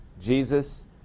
Jesus